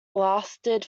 lasted